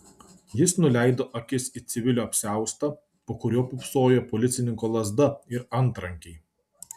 jis nuleido akis į civilio apsiaustą po kuriuo pūpsojo policininko lazda ir antrankiai